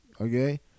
Okay